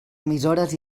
emissores